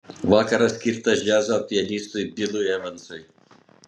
vakaras skirtas džiazo pianistui bilui evansui